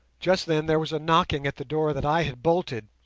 just then there was a knocking at the door that i had bolted,